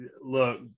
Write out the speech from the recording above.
look